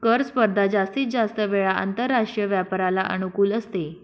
कर स्पर्धा जास्तीत जास्त वेळा आंतरराष्ट्रीय व्यापाराला अनुकूल असते